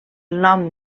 nom